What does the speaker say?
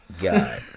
God